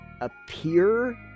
appear